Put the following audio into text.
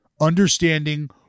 understanding